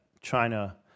China